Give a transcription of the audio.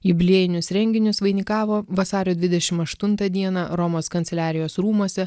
jubiliejinius renginius vainikavo vasario dvidešimt aštuntą dieną romos kanceliarijos rūmuose